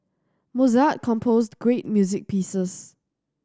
Mozart composed great music pieces